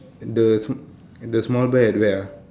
and the sm~ and the small bear at where ah